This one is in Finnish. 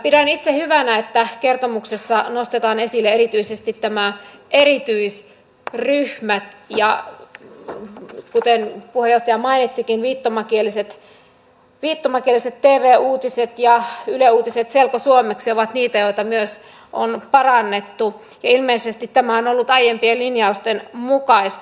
pidän itse hyvänä että kertomuksessa nostetaan esille erityisesti nämä erityisryhmät ja kuten puheenjohtaja mainitsikin viittomakieliset tv uutiset ja yle uutiset selkosuomeksi ovat niitä joita myös on parannettu ja ilmeisesti tämä on ollut aiempien linjausten mukaista